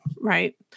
Right